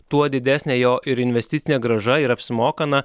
tuo didesnė jo ir investicinė grąža ir apsimoka na